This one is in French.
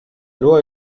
loi